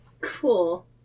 Cool